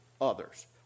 others